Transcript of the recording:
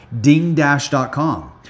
dingdash.com